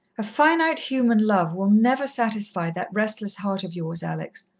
a finite human love will never satisfy that restless heart of yours, alex.